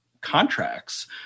contracts